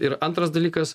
ir antras dalykas